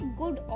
good